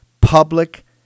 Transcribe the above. Public